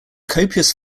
copious